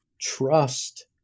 trust